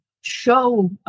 show